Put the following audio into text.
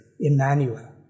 Emmanuel